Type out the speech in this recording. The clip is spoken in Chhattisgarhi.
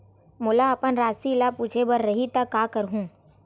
मोला अपन राशि ल पूछे बर रही त का करहूं?